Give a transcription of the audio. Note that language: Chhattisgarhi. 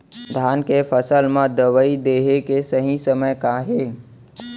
धान के फसल मा दवई देहे के सही समय का हे?